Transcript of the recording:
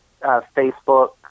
Facebook